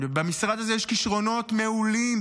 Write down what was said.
ובמשרד הזה יש כישרונות מעולים,